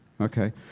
Okay